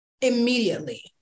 immediately